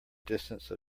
distance